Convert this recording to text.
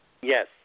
Yes